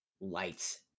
lights